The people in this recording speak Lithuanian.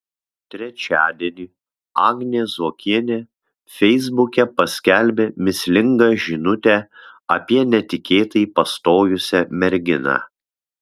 trečiadienį agnė zuokienė feisbuke paskelbė mįslingą žinutę apie netikėtai pastojusią merginą